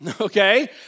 Okay